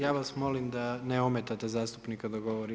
Ja vas molim da ne ometate zastupnika da govori.